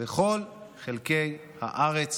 בכל חלקי הארץ